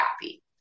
happy